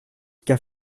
qu’à